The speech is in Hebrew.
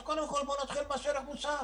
אז בואו נתחיל קודם כול במס ערך מוסף.